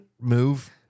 move